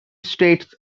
states